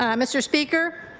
um mr. speaker,